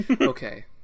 Okay